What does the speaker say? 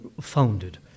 founded